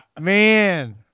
Man